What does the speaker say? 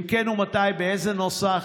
3. אם כן, מתי ובאיזה נוסח?